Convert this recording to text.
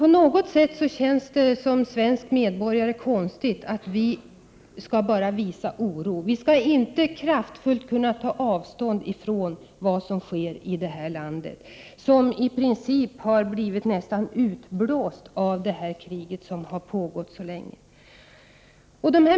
På något sätt känner jag det som svensk medborgare konstigt att vi bara skall visa oro, inte kraftfullt ta avstånd från vad som sker i ett land som i princip har blivit nästan utplånat av kriget som pågått så länge.